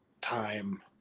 time